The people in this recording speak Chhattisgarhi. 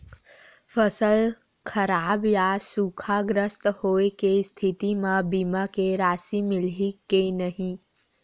फसल खराब या सूखाग्रस्त होय के स्थिति म बीमा के राशि मिलही के नही?